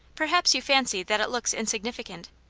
perhaps you fancy that it looks insig nificant.